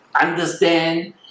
understand